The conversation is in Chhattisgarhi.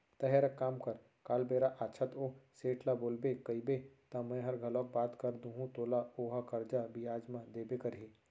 तैंहर एक काम कर काल बेरा आछत ओ सेठ ल बोलबे कइबे त मैंहर घलौ बात कर दूहूं तोला ओहा करजा बियाज म देबे करही